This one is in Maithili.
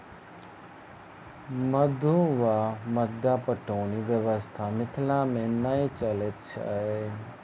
मद्दु वा मद्दा पटौनी व्यवस्था मिथिला मे नै चलैत अछि